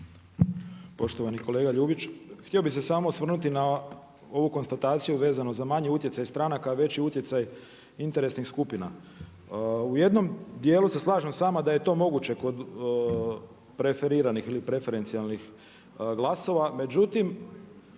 Poštovani kolega Ljubić, htio bih se samo osvrnuti na ovu konstataciju vezano za manji utjecaj stranaka a veći utjecaj interesnih skupina. U jednom dijelu se slažem s vama da je to moguće kod preferiranih ili preferencijalnih glasova. Međutim,